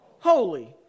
Holy